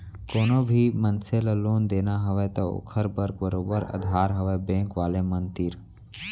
कोनो भी मनसे ल लोन देना हवय त ओखर बर बरोबर अधार हवय बेंक वाले मन तीर